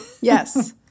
Yes